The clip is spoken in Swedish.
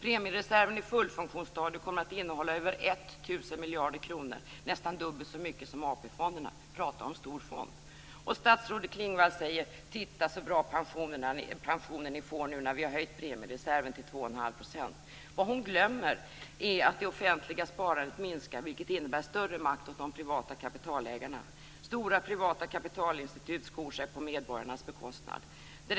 Premiereserven i fullfunktionsstadiet kommer att innehålla över 1 000 miljarder kronor, nästan dubbelt så mycket som AP fonderna. Tala om stor fond! Och statsrådet Klingvall säger: Titta så bra pensioner ni får nu när vi har höjt premiereserven till 2 1⁄2 %. Vad hon glömmer är att det offentliga sparandet minskar, vilket innebär större makt åt de privata kapitalägarna. Stora privata kapitalinstitut skor sig på medborgarnas bekostnad.